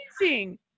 amazing